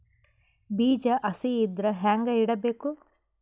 ಬೀಜ ಹಸಿ ಇದ್ರ ಹ್ಯಾಂಗ್ ಇಡಬೇಕು?